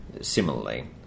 similarly